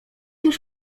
już